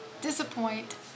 Disappoint